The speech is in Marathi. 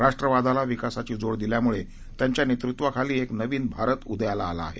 राष्ट्रवादाला विकासाची जोड दिल्यामुळे त्यांच्या नेतृत्वाखाली एक नवीन भारत उदयाला आला आहे